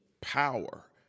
power